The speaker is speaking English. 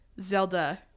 Zelda